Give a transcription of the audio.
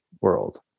world